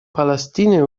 палестине